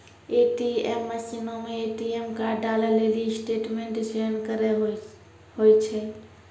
ATM मशीनो मे ATM card डालै लेली स्टेटमेंट चयन करे होय छै